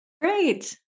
Great